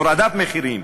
הורדת מחירים,